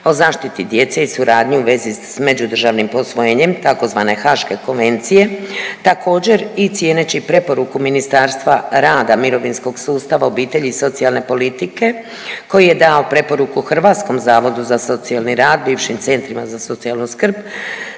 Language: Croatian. o zaštiti djece i suradnji u vezi s međudržavnim posvojenjem tzv. Haške konvencije također i cijeneći preporuku Ministarstva rada, mirovinskog sustava, obitelji i socijalne politike koji je dao preporuku Hrvatskom zavodu za socijalni rad, bivšim centrima za socijalnu skrb